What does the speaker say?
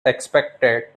expected